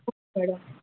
okay madam